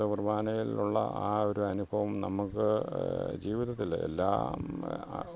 കുർബാനയിലുള്ള ആ ഒരനുഭവം നമുക്ക് ജീവിതത്തിൽ എല്ലാ